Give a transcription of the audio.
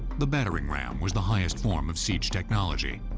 the battering ram was the highest form of siege technology.